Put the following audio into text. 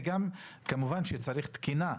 וכמובן צריך גם תקינה,